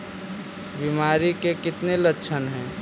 बीमारी के कितने लक्षण हैं?